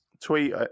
tweet